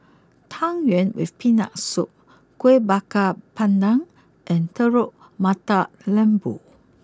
Tang Yuen with Peanut Soup Kuih Bakar Pandan and Telur Mata Lembu